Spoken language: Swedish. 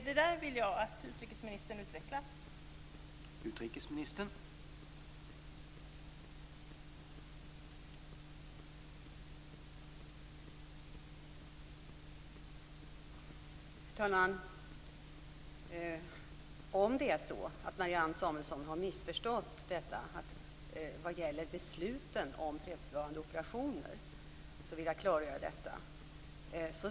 Jag vill att utrikesministern utvecklar detta.